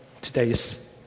today's